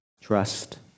Trust